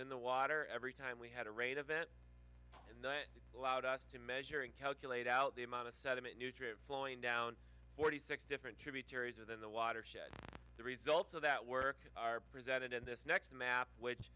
in the water every time we had a rate of it and that allowed us to measure and calculate out the amount of sediment nutrient flowing down forty six different tributaries within the watershed the results of that work are presented in this next the map which